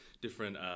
different